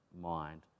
mind